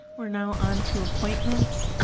we're now onto appointments.